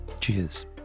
cheers